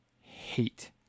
hate